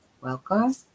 welcome